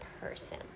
person